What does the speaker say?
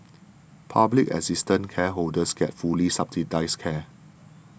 public assistance cardholders got fully subsidised care